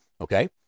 okay